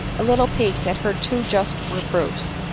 a little piqued at her too just reproofs,